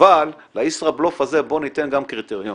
אבל לישראבלוף הזה בוא ניתן גם קריטריונים.